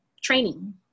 training